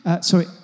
Sorry